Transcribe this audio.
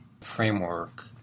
framework